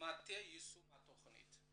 יישום התכנית.